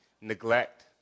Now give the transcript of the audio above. neglect